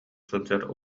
сылдьар